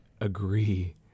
agree